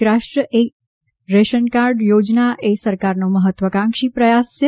એક રાષ્ટ્ર એક રેશનકાર્ડ યોજના એ સરકારનો મહત્વાકાંક્ષી પ્રયાસ છે